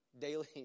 Daily